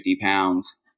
pounds